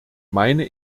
meine